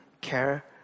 care